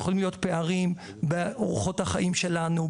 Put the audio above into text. יכולים להיות פערים באורחות החיים שלנו,